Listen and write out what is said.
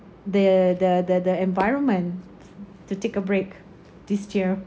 the the the the environment to take a break this year